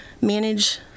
manage